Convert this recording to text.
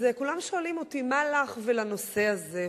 אז כולם שואלים אותי: מה לך ולנושא הזה?